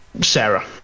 Sarah